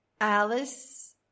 Alice